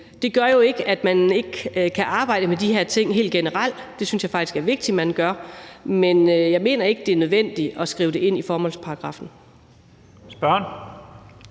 Det gør jo ikke, at man ikke kan arbejde med de her ting helt generelt – det synes jeg faktisk er vigtigt at man gør – men jeg mener ikke, det er nødvendigt at skrive det ind i formålsparagraffen. Kl.